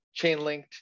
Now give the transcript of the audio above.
Chainlinked